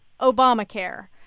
obamacare